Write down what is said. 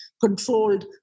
controlled